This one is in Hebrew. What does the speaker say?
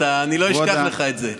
אני לא אשכח לך את זה.